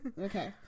Okay